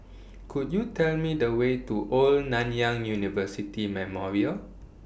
Could YOU Tell Me The Way to Old Nanyang University Memorial